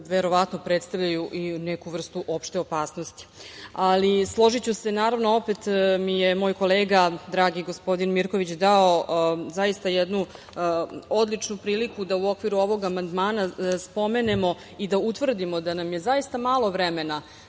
verovatno predstavljaju i neku vrstu opšte opasnosti. Složiću se, naravno, opet mi je moj kolega dragi, gospodin Mirković, dao zaista jednu odličnu priliku da u okviru ovog amandmana spomenemo i da utvrdimo da nam je zaista malo vremena